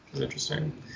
interesting